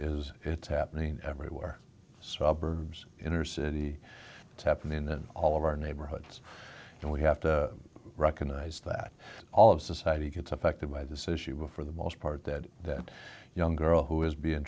is it's happening everywhere suburbs intercity to happen in all of our neighborhoods and we have to recognize that all of society gets affected by this issue for the most part that that young girl who is be in